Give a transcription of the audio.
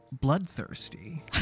bloodthirsty